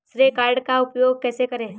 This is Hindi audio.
श्रेय कार्ड का उपयोग कैसे करें?